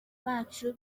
bacu